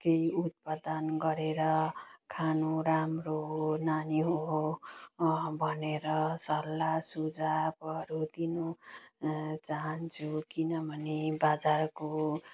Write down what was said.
केही उत्पादन गरेर खानु राम्रो हो नानी हो भनेर सल्लाह सुझावहरू दिनु चाहन्छु किनभने बजारको